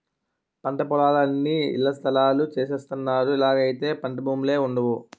పంటపొలాలన్నీ ఇళ్లస్థలాలు సేసస్తన్నారు ఇలాగైతే పంటభూములే వుండవు